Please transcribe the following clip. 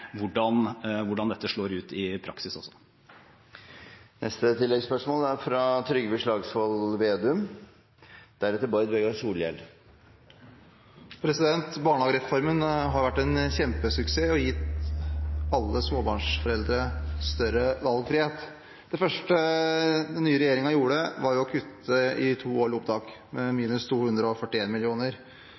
hvordan dette slår ut i praksis også. Trygve Slagsvold Vedum – til oppfølgingsspørsmål. Barnehagereformen har vært en kjempesuksess og gitt alle småbarnsforeldre større valgfrihet. Det første den nye regjeringen gjorde, var å kutte i to årlige opptak med minus 241 mill. kr. Så gikk man til Stortinget og